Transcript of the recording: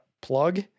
plug